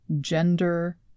gender